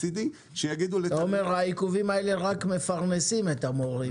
אתה אומר העיכובים האלה רק מפרנסים את המורים.